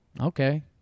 Okay